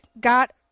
got